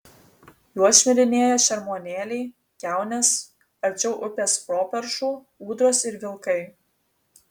juo šmirinėja šermuonėliai kiaunės arčiau upės properšų ūdros ir vilkai